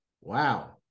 Wow